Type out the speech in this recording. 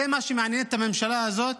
זה מה שמעניין את הממשלה הזאת?